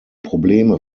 probleme